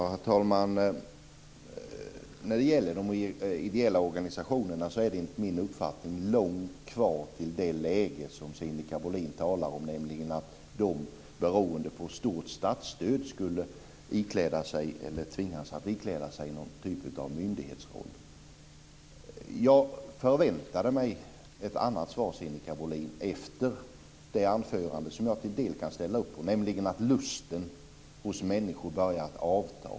Herr talman! När det gäller ideella organisationer är det enligt min uppfattning långt kvar till det läge som Sinikka Bohlin talar om, nämligen att de beroende på stort statsstöd skulle tvingas ikläda sig någon sorts myndighetsroll. Jag förväntade mig ett annat svar efter det anförande som jag till del kan ställa upp på, nämligen att lusten hos människor börjar avta.